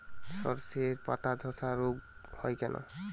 শর্ষের পাতাধসা রোগ হয় কেন?